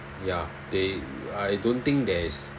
ya they I don't think there is